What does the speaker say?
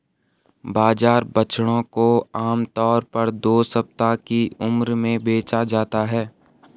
बाजार बछड़ों को आम तौर पर दो सप्ताह की उम्र में बेचा जाता है